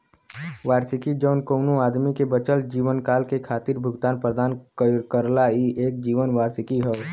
वार्षिकी जौन कउनो आदमी के बचल जीवनकाल के खातिर भुगतान प्रदान करला ई एक जीवन वार्षिकी हौ